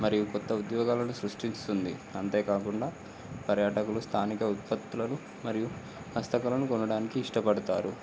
మరియు క్రొత్త ఉద్యోగాలను సృష్టిస్తుంది అంతేకాకుండా పర్యాటకులు స్థానిక ఉత్పత్తులను మరియు హస్తకళను కొనడానికి ఇష్టపడతారు